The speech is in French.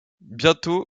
bientôt